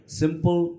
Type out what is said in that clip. simple